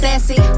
Sassy